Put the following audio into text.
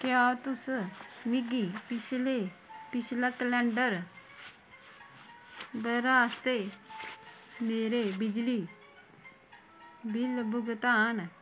क्या तुस मिगी पिछले पिछला कलैंडर ब'रा आस्तै मेरे बिजली बिल भुगतान